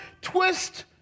twist